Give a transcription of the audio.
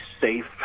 safe